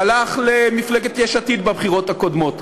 הלך למפלגת יש עתיד בבחירות הקודמות,